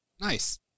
nice